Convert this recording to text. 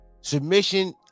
Submission